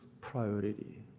priority